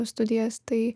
studijas tai